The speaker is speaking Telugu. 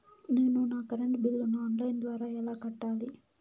నేను నా కరెంటు బిల్లును ఆన్ లైను ద్వారా ఎలా కట్టాలి?